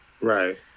Right